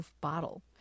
bottle